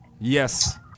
Yes